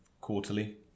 quarterly